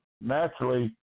naturally